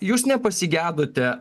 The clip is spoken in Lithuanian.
jūs nepasigedote